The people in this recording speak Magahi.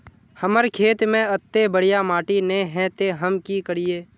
हमर खेत में अत्ते बढ़िया माटी ने है ते हम की करिए?